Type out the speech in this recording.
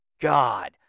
god